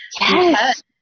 Yes